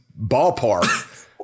ballpark